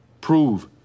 Prove